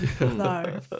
No